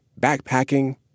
backpacking